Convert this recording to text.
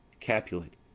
capulet